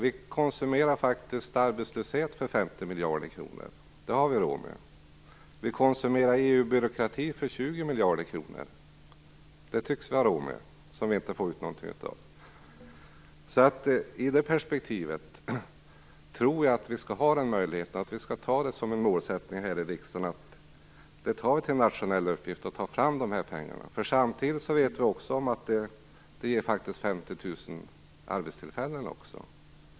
Vi "konsumerar" faktiskt arbetslöshet för 50 miljarder kronor. Det har vi råd med. Vi konsumerar också EU-byråkrati för 20 miljarder kronor, som vi inte får ut någonting av. Även det tycks vi har råd med. I det perspektivet tror jag att vi kan ta det som en nationell uppgift här i riksdagen att ta fram de här pengarna. Vi vet ju också att de ger 50 000 arbetstillfällen.